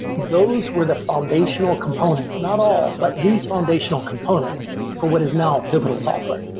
those were the foundational components. not all, but the foundational components for what is now pivotal software.